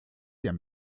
der